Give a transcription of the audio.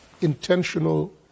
intentional